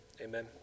Amen